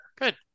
good